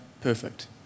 perfect